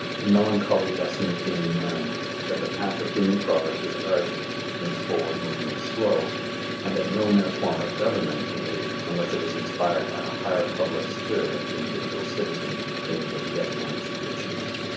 the melancholy lesson is being learned that the path of human progress is arduous and its forward movement slow and that no mere form of government can aid unless it is inspired by a higher public spirit of the individual citizen than we have yet managed to achieve.